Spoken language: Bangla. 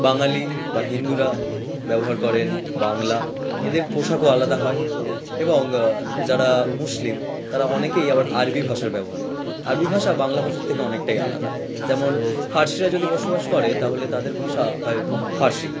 বাঙালি বা হিন্দুরা ব্যবহার করেন বাংলা এদের পোশাকও আলাদা হয় এবং যারা মুসলিম তারা অনেকেই আবার আরবি ভাষার ব্যবহার করে আরবি ভাষা বাংলা ভাষার থেকে অনেকটাই আলাদা যেমন ফার্সিরা যদি বসবাস করে তাহলে তাদের ভাষা হয় ফার্সি